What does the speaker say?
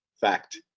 fact